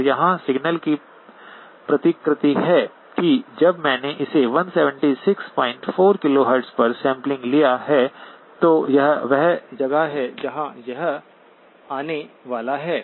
और यहाँ सिग्नलकी प्रतिकृति है कि जब मैंने इसे 1764 KHz पर सैंपलिंग लिया है तो यह वह जगह है जहाँ यह आने वाला है